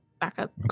backup